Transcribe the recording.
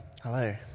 Hello